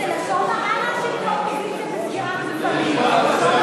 זה לשון הרע להאשים את האופוזיציה בסגירת מפעלים.